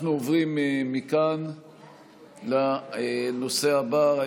אנחנו עוברים מכאן לנושא הבא,